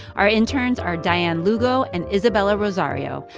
our interns are dianne lugo and isabella rosario.